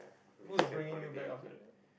who's bringing you back after that